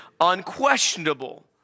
unquestionable